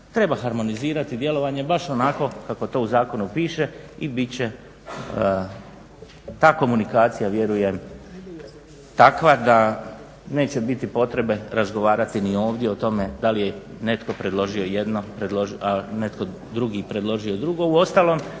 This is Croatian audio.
Treba harmonizirati djelovanje baš onako kako to u zakonu piše i bit će ta komunikacija vjerujem takva da neće biti potrebe razgovarati ni ovdje o tome da li je netko predložio jedno, a netko drugi predložio drugo.